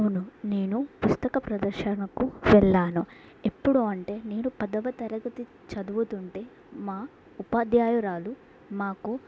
అవును నేను పుస్తక ప్రదర్శనకు వెళ్లాను ఎప్పుడు అంటే నేను పదవ తరగతి చదువుతుంటే మా ఉపాధ్యాయురాలు మాకు